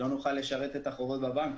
לא נוכל לשרת את החובות בבנק,